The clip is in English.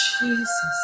Jesus